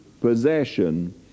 possession